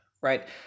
right